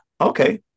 Okay